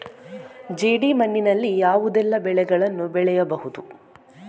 ಜೇಡಿ ಮಣ್ಣಿನಲ್ಲಿ ಯಾವುದೆಲ್ಲ ಬೆಳೆಗಳನ್ನು ಬೆಳೆಯಬಹುದು?